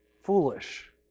foolish